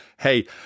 hey